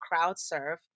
CrowdSurf